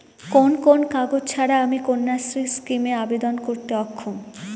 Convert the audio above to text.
কোন কোন কাগজ ছাড়া আমি কন্যাশ্রী স্কিমে আবেদন করতে অক্ষম?